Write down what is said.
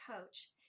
coach